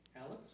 Alex